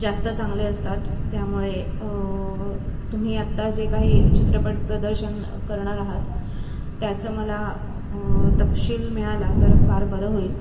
जास्त चांगले असतात त्यामुळे तुम्ही आत्ता जे काही चित्रपट प्रदर्शन करणार आहात त्याचं मला तपशील मिळाला तर फार बरं होईल